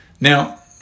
Now